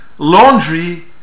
laundry